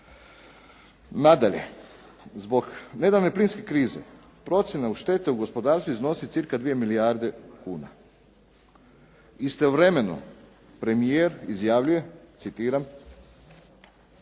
Nadalje, zbog nedavne plinske krize procjena štete u gospodarstvu iznosi cirka 2 milijarde kuna. Istovremeno premijer izjavljuje, citiram: